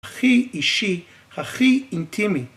‫הכי אישי, הכי אינטימי.